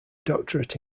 doctorate